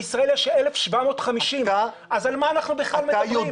בישראל יש 1,750, אז על מה אנחנו בכלל מדברים?